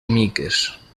miques